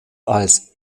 als